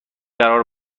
قرار